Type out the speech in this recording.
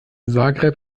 zagreb